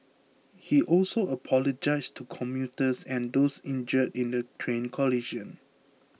he also apologised to commuters and those injured in the train collision